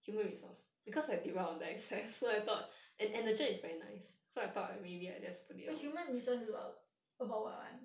eh human resource is about